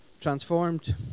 Transformed